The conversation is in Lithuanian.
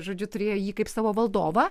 žodžiu turėjo jį kaip savo valdovą